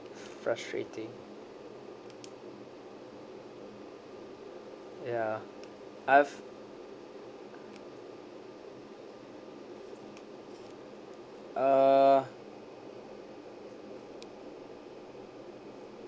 frustrated ya I've uh